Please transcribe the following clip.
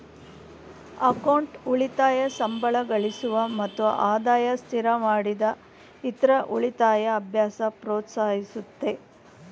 account ಉಳಿತಾಯ ಸಂಬಳಗಳಿಸುವ ಮತ್ತು ಆದಾಯ ಸ್ಥಿರಮಾಡಿದ ಇತ್ರ ಉಳಿತಾಯ ಅಭ್ಯಾಸ ಪ್ರೋತ್ಸಾಹಿಸುತ್ತೆ